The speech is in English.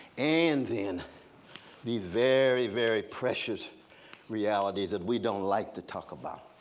and then the very, very precious realities that we don't like to talk about.